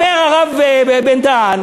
אומר הרב בן-דהן,